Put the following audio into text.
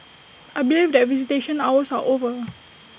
I believe that visitation hours are over